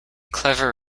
clever